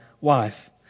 wife